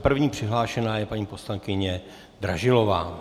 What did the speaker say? První přihlášená je paní poslankyně Dražilová.